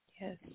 Yes